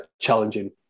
challenging